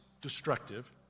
destructive